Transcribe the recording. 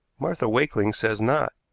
martha wakeling says not.